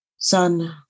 Son